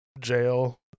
jail